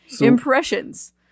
Impressions